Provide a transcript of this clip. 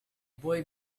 boy